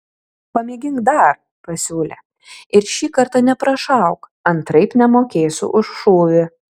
pamėgink dar pasiūlė ir šį kartą neprašauk antraip nemokėsiu už šūvį